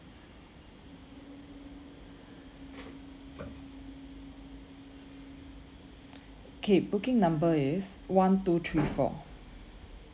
K booking number is one two three four